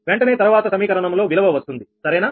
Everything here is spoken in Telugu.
వెంటనే తరువాత సమీకరణంలో విలువ వస్తుంది సరేనా